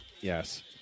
Yes